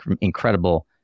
incredible